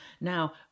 Now